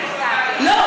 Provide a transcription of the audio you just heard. לא,